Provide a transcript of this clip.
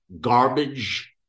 garbage